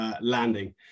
landing